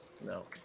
No